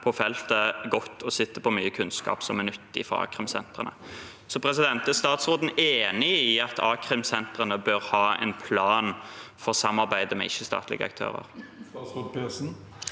på feltet godt og sitter på mye kunnskap som er nyttig for a-krimsentrene. Er statsråden enig i at a-krimsentrene bør ha en plan for samarbeidet med ikke-statlige aktører?